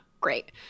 great